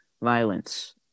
violence